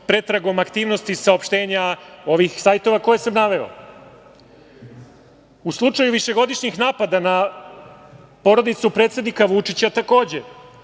pretragom aktivnosti i saopštenja ovih sajtova koje sam naveo.U slučaju višegodišnjih napada na porodicu predsednika Vučića takođe.